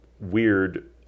weird